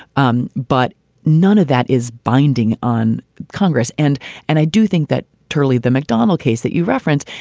um but none of that is binding on congress. and and i do think that. turley, the mcdonnell case that you reference,